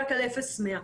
רק על אפס מאה.